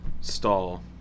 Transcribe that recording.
stall